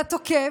לתוקף,